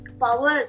powers